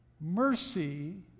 mercy